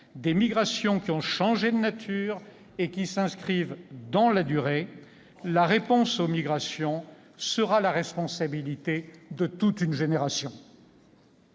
des migrations qui ont changé de nature et qui s'inscrivent dans la durée. La réponse aux migrations sera la responsabilité de toute une génération.